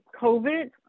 COVID